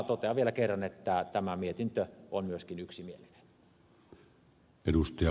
totean vielä kerran että tämä mietintö on myöskin yksimielinen